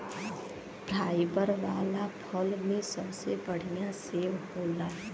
fibre वाला फल में सबसे बढ़िया सेव होला